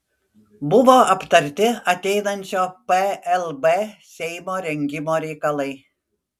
buvo aptarti ateinančio plb seimo rengimo reikalai